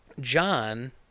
John